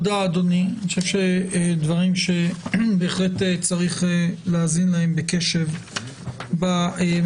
אני חושב שאמרת דברים שבהחלט צריך להאזין להם בקשב בממשלה.